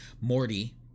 morty